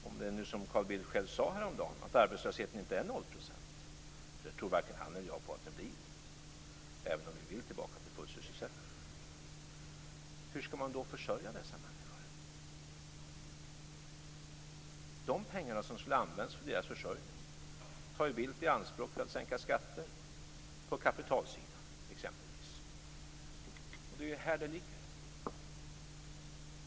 Om arbetslösheten, som Carl Bildt själv sade häromdagen, inte är noll procent - det tror varken han eller jag att den blir, även om vi vill tillbaka till full sysselsättning - hur skall man då försörja dessa människor? De pengarna som skulle ha använts för deras försörjning tar Bildt i anspråk för att sänka skatter på exempelvis kapitalsidan. Det är här det ligger.